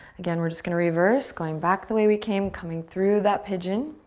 again, we're just gonna reverse. going back the way we came. coming through that pigeon.